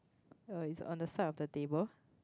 oh it's on the side of the table